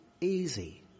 easy